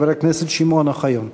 חבר הכנסת שמעון אוחיון.